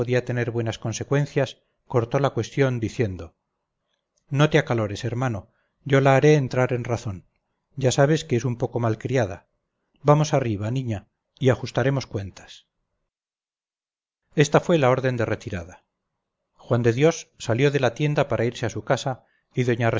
podía tener buenas consecuencias cortó la cuestión diciendo no te acalores hermano yo la haré entrar en razón ya sabes que es un poco mal criada vamos arriba niña y ajustaremos cuentas esta fue la orden de retirada juan de dios salió de la tienda para irse a su casa y doña